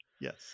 Yes